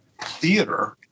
theater